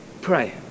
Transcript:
pray